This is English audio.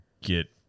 get